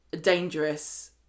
dangerous